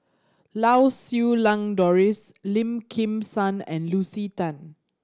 Lau Siew Lang Doris Lim Kim San and Lucy Tan